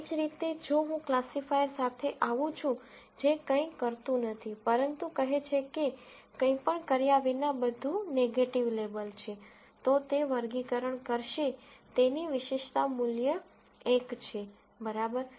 એ જ રીતે જો હું ક્લાસિફાયર સાથે આવું છું જે કંઇ કરતું નથી પરંતુ કહે છે કે કંઈ પણ કર્યા વિના બધું નેગેટીવ લેબલ છે તો તે વર્ગીકરણ કરશે તેની વિશેષતા મૂલ્ય 1 છે બરાબર